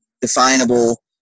definable